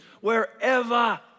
wherever